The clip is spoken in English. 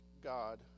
God